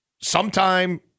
sometime